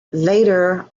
later